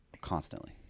constantly